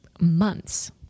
months